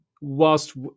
whilst